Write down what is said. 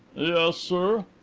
yes, sir.